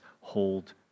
hold